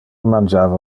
mangiava